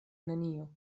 nenio